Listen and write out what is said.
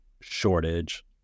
shortage